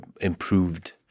improved